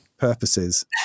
purposes